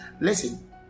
listen